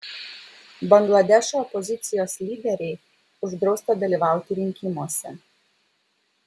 bangladešo opozicijos lyderei uždrausta dalyvauti rinkimuose